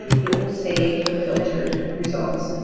it will save the filtered results.